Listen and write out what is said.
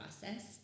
process